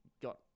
got